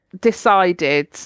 decided